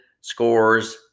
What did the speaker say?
scores